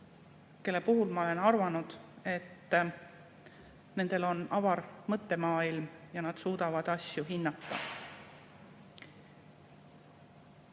kelle puhul ma olen arvanud, et neil on avar mõttemaailm ja et nad suudavad asju [õigesti]